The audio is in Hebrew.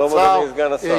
שלום, אדוני סגן השר.